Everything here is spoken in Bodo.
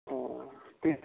अ दे